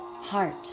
heart